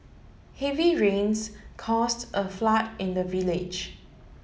heavy rains caused a flood in the village